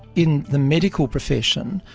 in the medical profession,